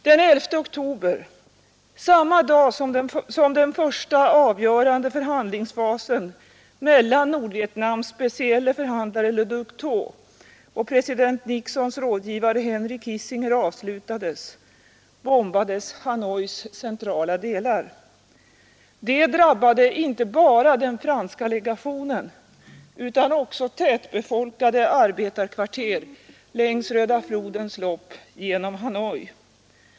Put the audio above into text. Den 11 oktober, samma dag som den första avgörande förhandlingsfasen mellan Nordvietnams specielle förhandlare Le Duc Tho och president Nixons rådgivare Henry Kissinger avslutades, bombades Hanois centrala delar. Det drabbade inte bara den franska legationen utan också tätbefolkade arbetarkvarter längs Röda flodens lopp genom Hanoi.